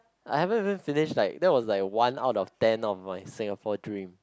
I haven't even finished like that was like one out of ten of my Singaporean dream